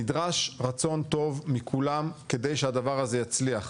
נדרש רצון טוב מכולם כדי שהדבר הזה יצליח.